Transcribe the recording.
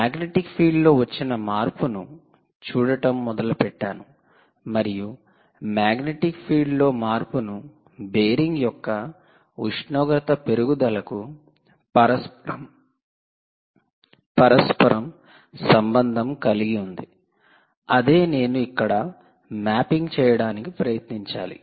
magnetic field లో వచ్చిన మార్పును చూడటం మొదలుపెట్టాను మరియు మాగ్నెటిక్ ఫీల్డ్ లో మార్పును బేరింగ్ యొక్క ఉష్ణోగ్రత పెరుగుదలకు పరస్పరం సంబంధం కలిగి ఉంది అదే నేను ఇక్కడ మ్యాపింగ్ చేయడానికి ప్రయత్నించాలి